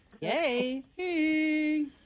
Yay